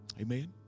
Amen